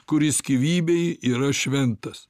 kuris gyvybei yra šventas